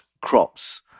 crops